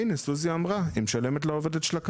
הנה סוזי אמרה, היא משלמת לעובדת שלה כפול.